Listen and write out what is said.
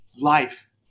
Life